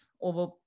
over